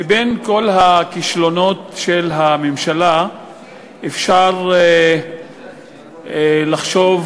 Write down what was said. מכל הכישלונות של הממשלה אפשר לחשוב